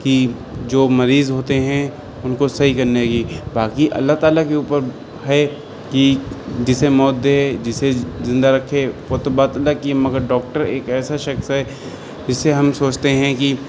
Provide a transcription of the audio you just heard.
کہ جو مریض ہوتے ہیں ان کو صحیح کرنے کی باقی اللہ تعالیٰ کے اوپر ہے کہ جسے موت دے جسے زندہ رکھے وہ تو بات اللہ کی ہے مگر ڈاکٹر ایک ایسا شخص ہے جسے ہم سوچتے ہیں کہ